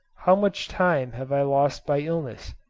how much time have i lost by illness?